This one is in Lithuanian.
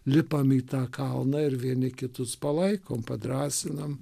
lipam į tą kalną ir vieni kitus palaikom padrąsinam